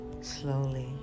slowly